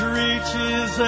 reaches